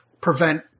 prevent